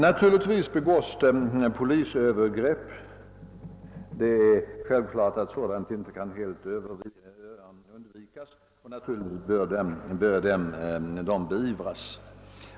Naturligtvis förekommer det polisövergrepp — det är självklart att sådana icke helt kan undvikas — och naturligtvis bör de beivras.